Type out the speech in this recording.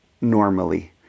normally